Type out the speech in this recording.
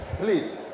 please